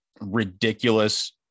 ridiculous